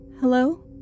Hello